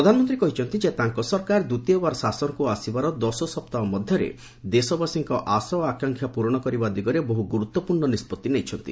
ପ୍ରଧାନମନ୍ତ୍ରୀ କହିଛନ୍ତି ଯେ ତାଙ୍କ ସରକାର ଦ୍ୱିତୀୟବାର ଶାସନକୁ ଆସିବାର ଦଶ ସପ୍ତାହ ମଧ୍ୟରେ ଦେଶବାସୀଙ୍କ ଆଶା ଓ ଆକାଂକ୍ଷା ପୂରଣ କରିବା ଦିଗରେ ବହୁ ଗୁରୁତ୍ୱପୂର୍ଣ୍ଣ ନିଷ୍ପଭି ନେଇଛନ୍ତି